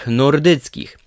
nordyckich